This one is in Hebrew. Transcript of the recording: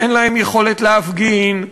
אין להם יכולת להפגין,